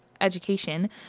education